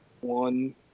one